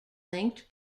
linked